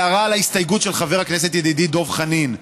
הערה על ההסתייגות של חבר הכנסת ידידי דב חנין: